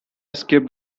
skip